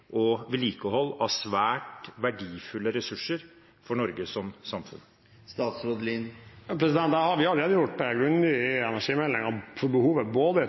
og vedlikehold av svært verdifulle ressurser for Norge som samfunn? Vi har redegjort grundig i energimeldingen for behovet i transmisjonsnettet, der vi er godt i gang, og også for behovet